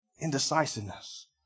indecisiveness